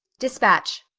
dispatch.